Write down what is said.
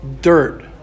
dirt